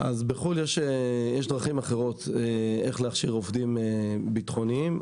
בחו"ל יש דרכים אחרות איך להכשיר עובדים ביטחוניים.